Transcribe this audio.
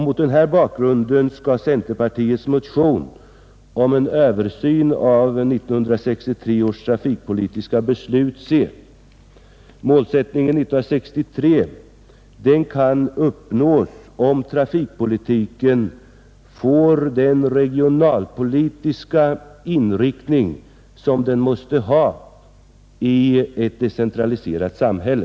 Mot denna bakgrund skall centerpartiets motion om en översyn av 1963 års trafikpolitiska beslut ses. Målsättningen från 1963 kan uppnås om trafikpolitiken får den regionalpolitiska inriktning som den måste ha i ett decentraliserat samhälle.